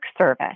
service